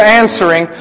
answering